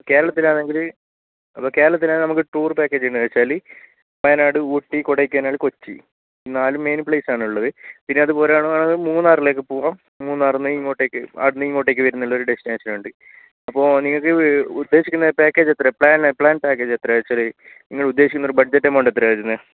കേരളത്തിലാണെങ്കിൽ അപ്പോൾ കേരളത്തിലാണെങ്കിൽ നമുക്ക് ടൂർ പാക്കേജ് എന്നു വച്ചാൽ വയനാട് ഊട്ടി കൊടൈക്കനാൽ കൊച്ചി നാല് മെയിൻ പ്ളേസാണുള്ളത് പിന്നെ അതുപോലെ വേണമെങ്കിൽ മൂന്നാറിലേക്ക് പോകാം മൂന്നാറിൽ നിന്നു ഇങ്ങോട്ടേക്ക് അവിടെ നിന്നു ഇങ്ങോട്ടേക്ക് വരുന്നുള്ളൊരു ഡെസ്റ്റിനേഷനുണ്ട് അപ്പോൾ നിങ്ങൾക്ക് ഉദ്ദേശിക്കുന്ന പാക്കേജ് എത്രയാണ് പ്ലാൻ പ്ലാൻ പാക്കേജ് എത്രയാണ് വച്ചാൽ നിങ്ങൾ ഉദ്ദേശിക്കുന്ന ഒരു ബഡ്ജറ്റ് എമൗണ്ട് എത്രയാണ് വരുന്നത്